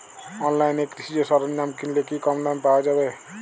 অনলাইনে কৃষিজ সরজ্ঞাম কিনলে কি কমদামে পাওয়া যাবে?